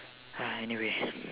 anyway